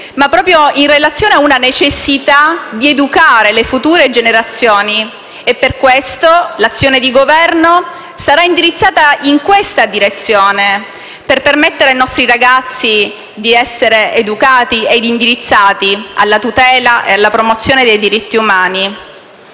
ma proprio in relazione alla necessità di educare le future generazioni. Per questo l'azione di Governo sarà indirizzata in questa direzione, per permettere ai nostri ragazzi di essere educati ed indirizzati alla tutela e alla promozione dei diritti umani.